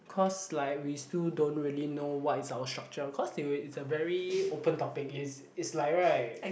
cause like we still don't really know what is our structure cause it's a very open topic it's it's like right